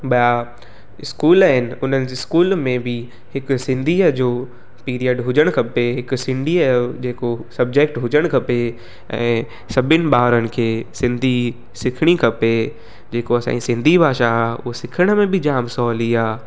ॿिया स्कूल आहिनि हुननि जे स्कूल में बि हिकु सिंधीअ जो पीरियड हुजणु खपे हिकु सिंधीअ जो जेको सबजैक्ट हुजणु खपे ऐं सभिनि ॿारनि खे सिंधी सिखणी खपे जेको असांजी सिंधी भाषा उहो सिखण में बि जामु सवली आहे